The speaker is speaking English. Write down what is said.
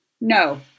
No